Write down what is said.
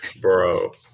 Bro